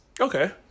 Okay